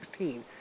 2016